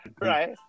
right